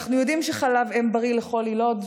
אנחנו יודעים שחלב אם בריא לכל יילוד,